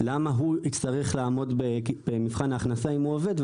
למה הוא יצטרך לעמוד במבחן ההכנסה אם הוא עובד,